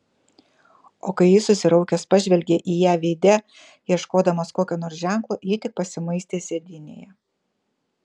o kai jis susiraukęs pažvelgė į ją veide ieškodamas kokio nors ženklo ji tik pasimuistė sėdynėje